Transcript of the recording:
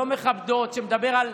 לא מכבדות, שמדבר על